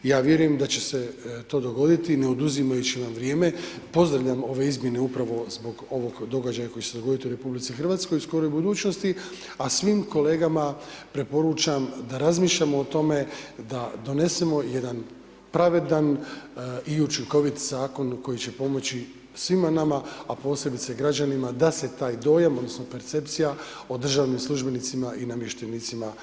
Ja vjerujem da će se to dogoditi ne oduzimajući vam vrijeme, pozdravljam ove izmjene upravo zbog ovog događaja koji će se dogoditi u RH u skoroj budućnosti, a svim kolegama preporučam da razmišljamo o tome da donesemo jedan pravedan i učinkovit zakon koji će pomoći svima nama, a posebice građanima da se taj dojam odnosno percepcija o državnim službenicima i namještenicima promjeni.